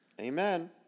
Amen